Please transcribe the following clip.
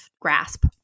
grasp